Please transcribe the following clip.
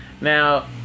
Now